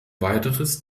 weiteres